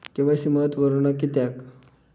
KYC महत्त्वपुर्ण किद्याक?